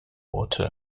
water